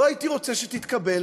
לא הייתי רוצה שתתקבל.